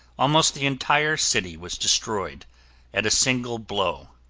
almost the entire city was destroyed at a single blow.